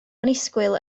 annisgwyl